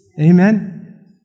Amen